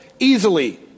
easily